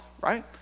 right